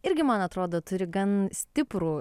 irgi man atrodo turi gan stiprų